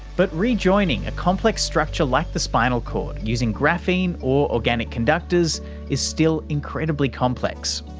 but re-joining a complex structure like the spinal cord using graphene or organic conductors is still incredibly complex.